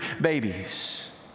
babies